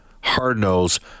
hard-nosed